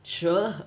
sure